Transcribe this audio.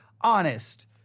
honest